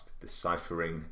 Deciphering